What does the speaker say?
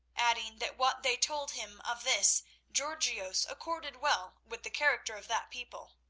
adding that what they told him of this georgios accorded well with the character of that people.